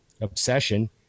obsession